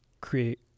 create